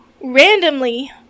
randomly